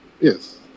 yes